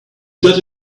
got